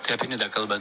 čia apie nidą kalban